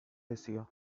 asia